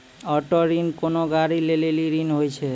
auto ऋण कोनो गाड़ी लै लेली ऋण होय छै